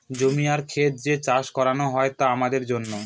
জমি আর খেত যে চাষ করানো হয় তা আমাদের জন্য